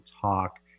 talk